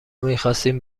میخواستیم